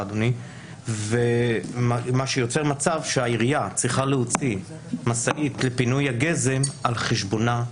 מה שיוצר מצב שבו העירייה צריכה להוציא משאית לפינוי הגזם על חשבונה.